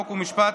חוק ומשפט,